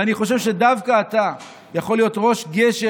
אני חושב שדווקא אתה יכול להיות ראש גשר,